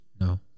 No